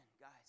guys